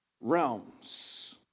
realms